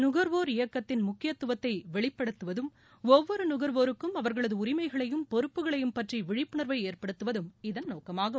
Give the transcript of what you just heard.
நுகர்வோர் இயக்கத்தின் முக்கியத்துவத்தை வெளிப்படுத்துவதும் ஒவ்வொரு நுகர்வோருக்கும் அவர்களது உரிமைகளையும் பொறுப்புகளையும் பற்றி விழிப்புணர்வை ஏற்படுத்துவதும் இதன் நோக்கமாகும்